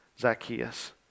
Zacchaeus